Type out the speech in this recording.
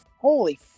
holy